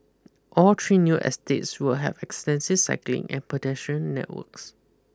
all three new estates will have extensive cycling and pedestrian networks